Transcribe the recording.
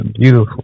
beautiful